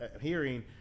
hearing